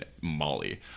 Molly